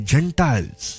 Gentiles